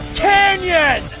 canyon!